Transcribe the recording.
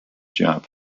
job